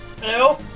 Hello